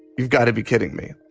you've got to be kidding me.